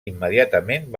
immediatament